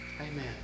Amen